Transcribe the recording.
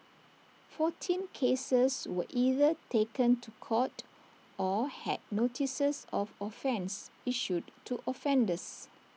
fourteen cases were either taken to court or had notices of offence issued to offenders